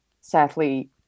Sadly